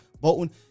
Bolton